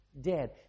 Dead